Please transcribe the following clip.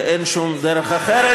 ואין שום דרך אחרת.